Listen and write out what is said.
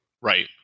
right